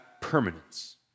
permanence